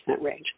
range